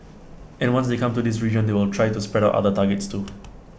and once they come to this region they will try to spread out other targets too